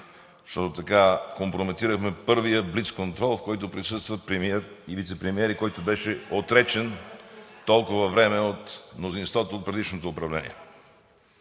защото така компрометираме първия блицконтрол, на който присъстват премиер и вицепремиери и който беше отречен толкова време от мнозинството на предишното управление.